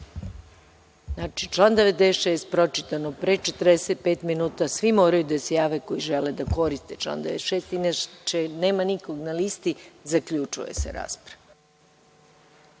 Znači, član 96. pročitan pre 45 minuta, svi moraju da se jave koji žele da koriste član 96, inače ako nema nikog na listi zaključuje se rasprava. Reč